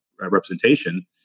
representation